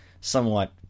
somewhat